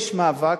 יש מאבק,